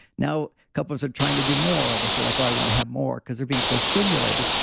now, couples of trying to do more. they feel like, oh, i want to have more because they're being so stimulated.